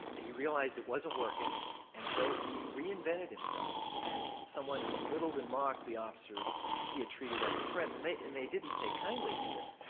he realized it wasn't working and so he reinvented himself as someone who belittled and mocked the officers he had treated as his friends and they and they didn't take kindly to this.